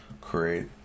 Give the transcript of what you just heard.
create